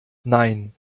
nein